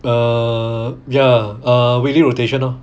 err ya err weekly rotation lor